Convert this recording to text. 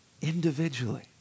individually